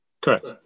Correct